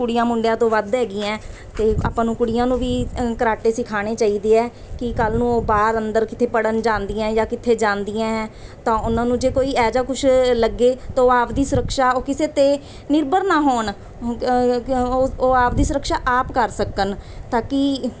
ਕੁੜੀਆਂ ਮੁੰਡਿਆਂ ਤੋਂ ਵੱਧ ਹੈਗੀਆਂ ਅਤੇ ਆਪਾ ਨੂੰ ਕੁੜੀਆਂ ਨੂੰ ਵੀ ਕਰਾਟੇ ਸਿਖਾਉਣੇ ਚਾਹੀਦੇ ਹੈ ਕਿ ਕੱਲ੍ਹ ਨੂੰ ਉਹ ਬਾਹਰ ਅੰਦਰ ਕਿਤੇ ਪੜ੍ਹਨ ਜਾਂਦੀਆਂ ਜਾਂ ਕਿਤੇ ਜਾਂਦੀਆਂ ਤਾਂ ਉਹਨਾਂ ਨੂੰ ਜੇ ਕੋਈ ਇਹੋ ਜਿਹਾ ਕੁਝ ਲੱਗੇ ਤਾਂ ਉਹ ਆਪਦੀ ਸੁਰੱਖਿਆ ਉਹ ਕਿਸੇ 'ਤੇ ਨਿਰਭਰ ਨਾ ਹੋਣ ਉਹ ਉਹ ਆਪ ਦੀ ਸੁਰੱਖਿਆ ਆਪ ਕਰ ਸਕਣ ਤਾਂ ਕਿ